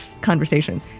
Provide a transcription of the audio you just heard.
conversation